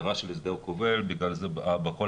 בכל